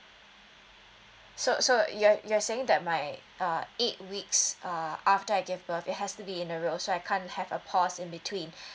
so so you are you are saying that my uh eight weeks uh after I gave birthday it has to be in a row so I can't have a pause in between